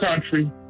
country